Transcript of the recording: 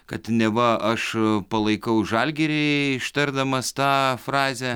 kad neva aš palaikau žalgirį ištardamas tą frazę